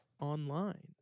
online